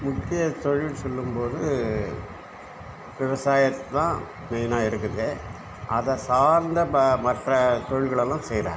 முக்கியத்தொழில் சொல்லும் போது விவசாயம் தான் மெய்ன்னா இருக்குது அதை சார்ந்த ப மற்ற தொழில்களுல்லும் செய்கிறாங்க